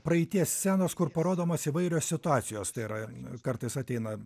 praeities scenos kur parodomos įvairios situacijos tai yra kartais ateina